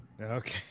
Okay